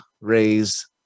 raise